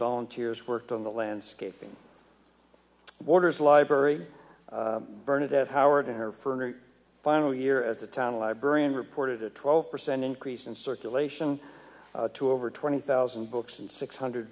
volunteers worked on the landscaping orders library burnet at howard and her for her final year as the town librarian reported a twelve percent increase in circulation to over twenty thousand books and six hundred